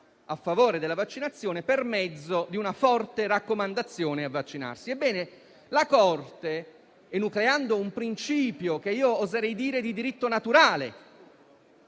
a favore della vaccinazione, per mezzo di una forte raccomandazione a vaccinarsi. Ebbene la Corte, enucleando un principio che io oserei definire di diritto naturale,